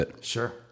sure